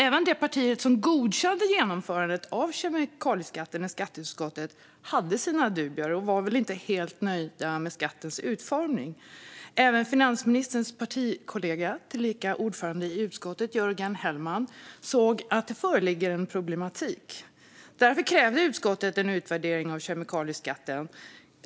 Även de partier som godkände genomförandet av kemikalieskatten i skatteutskottet hade sina dubier och var väl inte helt nöjda med skattens utformning. Finansministerns partikollega Jörgen Hellman, tillika ordförande i utskottet, såg också att det föreligger en problematik. Därför krävde utskottet en utvärdering av kemikalieskatten.